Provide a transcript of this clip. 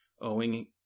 owing